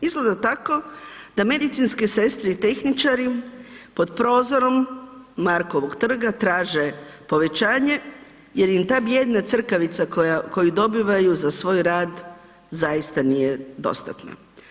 Izgleda tako da medicinske sestre i tehničari pod prozorom Markovog trga traže povećanje jer im ta bijedna crkavica koja, koju dobivaju za svoj rad, zaista nije dostatna.